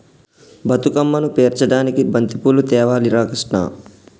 బతుకమ్మను పేర్చడానికి బంతిపూలు తేవాలి రా కిష్ణ